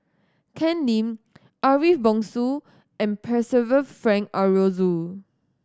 Ken Lim Ariff Bongso and Percival Frank Aroozoo